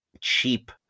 cheap